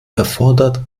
erfordert